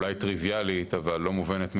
אולי טריוויאלית, אבל לא מובנת מאליה,